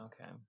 okay